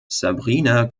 sabrina